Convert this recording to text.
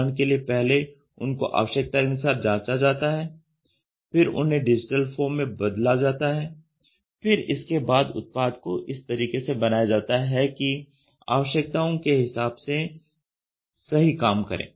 उदाहरण के लिए पहले उनको आवश्यकता के अनुसार जांचा जाता है फिर उन्हें डिजिटल फॉर्म में बदला जाता है फिर इसके बाद उत्पाद को इस तरीके से बनाया जाता है कि वह आवश्यकताओं के हिसाब से सही काम करें